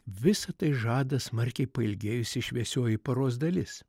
visa tai žada smarkiai pailgėjusi šviesioji paros dalis